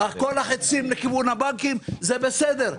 כל החצים לכיוון הבנקים, זה בסדר.